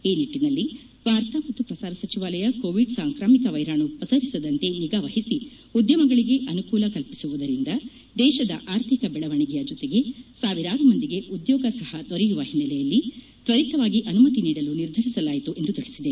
ಈ ನಿಟ್ಟಿನಲ್ಲಿ ವಾರ್ತಾ ಮತ್ತು ಪ್ರಸಾರ ಸಚಿವಾಲಯ ಕೋವಿಡ್ ಸಾಂಕ್ರಾಮಿಕ ವ್ಯೆರಾಣು ಪಸರಿಸದಂತೆ ನಿಗಾ ವಹಿಸಿ ಉದ್ಯಮಗಳಿಗೆ ಅನುಕೂಲ ಕಲ್ಲಿಸುವುದರಿಂದ ದೇಶದ ಆರ್ಥಿಕ ಬೆಳವಣಿಗೆಯ ಜೊತೆಗೆ ಸಾವಿರಾರು ಮಂದಿಗೆ ಉದ್ಯೋಗ ಸಹ ದೊರೆಯುವ ಹಿನ್ನೆಲೆಯಲ್ಲಿ ತ್ಯರಿತವಾಗಿ ಅನುಮತಿ ನೀಡಲು ನಿರ್ಧರಿಸಲಾಯಿತು ಎಂದು ತಿಳಿಸಿದೆ